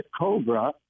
cobra